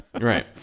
Right